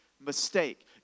mistake